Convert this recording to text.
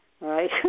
right